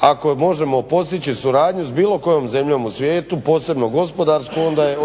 ako možemo postići suradnju s bilo kojom zemljom u svijetu posebno gospodarsku